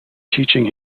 teaching